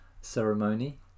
ceremony